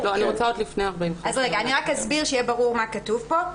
אני אסביר כדי שיהיה ברור מה כתוב פה.